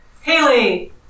Haley